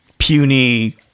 puny